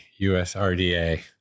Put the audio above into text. usrda